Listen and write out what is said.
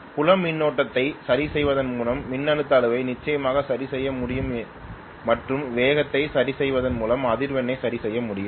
புலம் மின்னோட்டத்தை சரிசெய்வதன் மூலம் மின்னழுத்த அளவை நிச்சயமாக சரிசெய்ய முடியும் மற்றும் வேகத்தை சரிசெய்வதன் மூலம் அதிர்வெண்ணை சரிசெய்ய முடியும்